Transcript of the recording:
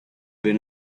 been